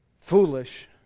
foolish